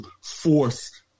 force